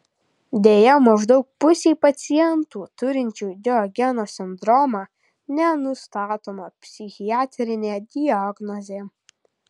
deja maždaug pusei pacientų turinčių diogeno sindromą nenustatoma psichiatrinė diagnozė